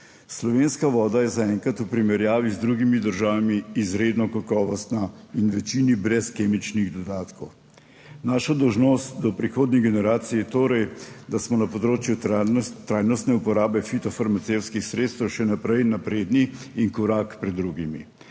Slovenska voda je zaenkrat v primerjavi z drugimi državami izredno kakovostna in v večini brez kemičnih dodatkov. Naša dolžnost do prihodnjih generacij je torej, da smo na področju trajnostne uporabe fitofarmacevtskih sredstev še naprej napredni in korak pred drugimi.